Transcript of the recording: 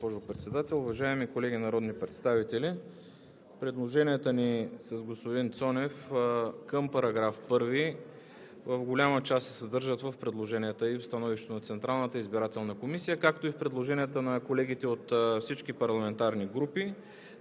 Благодаря, госпожо Председател. Уважаеми колеги народни представители! Предложенията ни с господин Цонев към § 1 в голяма част се съдържат в предложенията и в становището на Централната избирателна комисия, както и в предложенията на колегите от всички парламентарни групи.